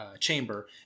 Chamber